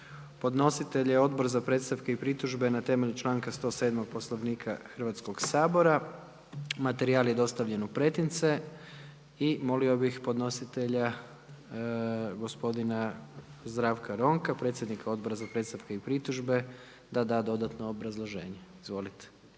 Podnositelj je Odbor za predstavke i pritužbe na temelju članka 107. Poslovnika Hrvatskoga sabora. Materijal je dostavljen u pretince. I molio bih podnositelja gospodina Zdravka Ronka, predsjednika Odbora za predstavke i pritužbe da da dodatno obrazloženje. **Ronko,